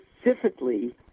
specifically